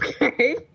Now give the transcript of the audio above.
Okay